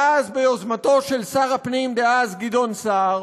וביוזמתו של שר הפנים דאז גדעון סער